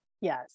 Yes